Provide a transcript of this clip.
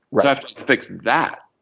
but i have to fix that.